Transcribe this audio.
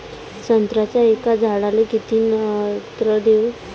संत्र्याच्या एका झाडाले किती नत्र देऊ?